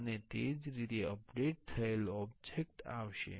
અને તે જ રીતે અપડેટ થયેલ ઓબ્જેક્ટ આવશે